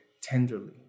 tenderly